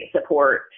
support